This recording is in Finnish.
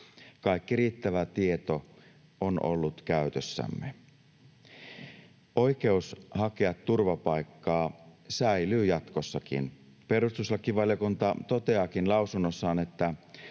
kaikki riittävä tieto on ollut käytössämme. Oikeus hakea turvapaikkaa säilyy jatkossakin. Perustuslakivaliokunta toteaakin lausunnossaan: ”Nyt